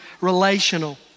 relational